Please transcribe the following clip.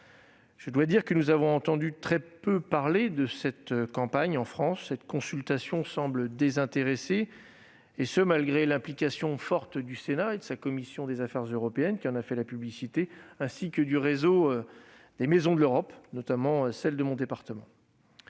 Je dois dire que nous avons très peu entendu parler de cette campagne en France ; cette consultation semble susciter le désintérêt de nos concitoyens, malgré l'implication forte du Sénat et de sa commission des affaires européennes, qui en a fait la publicité, ainsi que du réseau des « maisons de l'Europe », notamment de celle du département